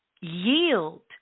yield